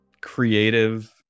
creative